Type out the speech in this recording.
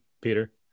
peter